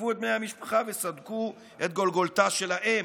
תקפו את בני המשפחה וסדקו את גולגולתה של האם,